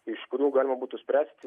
iš kurių galima būtų spręsti